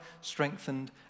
strengthened